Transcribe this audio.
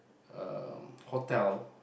um hotel